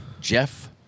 Jeff